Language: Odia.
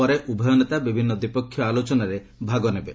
ପରେ ଉଭୟ ନେତା ବିଭିନ୍ନ ଦ୍ୱିପକ୍ଷୀୟ ଆଲୋଚନାରେ ଭାଗ ନେବେ